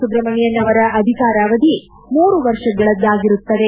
ಸುಬ್ರಮಣೆಯನ್ ಅವರ ಅಧಿಕಾರಾವಧಿ ಮೂರು ವರ್ಷಗಳಾಗಿರುತ್ತದೆ